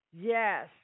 Yes